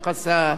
לנפילת,